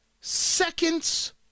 seconds